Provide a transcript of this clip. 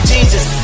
Jesus